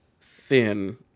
thin